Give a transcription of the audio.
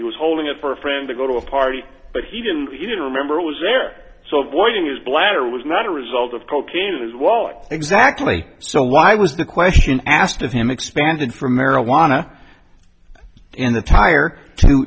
he was holding it for a friend to go to a party but he didn't he didn't remember it was there so warning his bladder was not a result of cocaine in his wallet exactly so why was the question asked of him expanded for marijuana in the